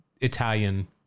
Italian